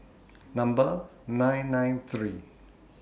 Number nine nine three